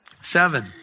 Seven